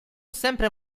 sempre